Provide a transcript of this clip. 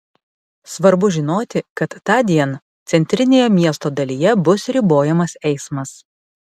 svarbu žinoti kad tądien centrinėje miesto dalyje bus ribojamas eismas